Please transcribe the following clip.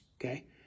Okay